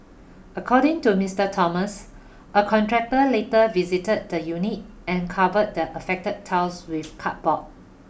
according to Mister Thomas a contractor later visited the unit and covered the affected tiles with cardboard